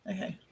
Okay